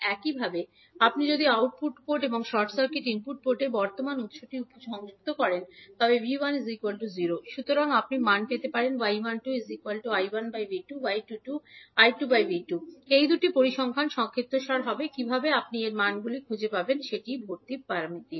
একইভাবে আপনি যদি আউটপুট পোর্ট এবং শর্ট সার্কিট ইনপুট পোর্টে বর্তমান উৎসটি সংযুক্ত করেন তবে 𝐕1 𝟎 সুতরাং আপনি মান পেতে হবে এই দুটি পরিসংখ্যান সংক্ষিপ্তসার হবে কীভাবে আপনি এর মানগুলি খুঁজে পাবেন ভর্তি প্যারামিটার